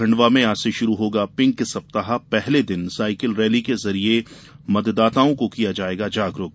खंडवा में आज से शुरू होगा पिंक सप्ताह पहले दिन साइकिल रैली के जरिए मतदाताओं को किया जायेगा जागरूक